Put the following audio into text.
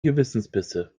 gewissensbisse